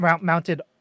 mounted